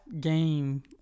game